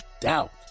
doubt